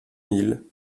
mille